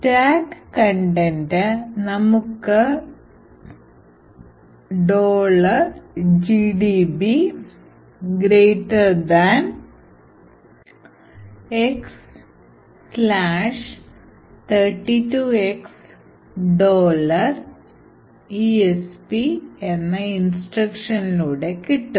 Stack content നമുക്ക് gdb x32x esp എന്ന് instruction ലൂടെ കിട്ടും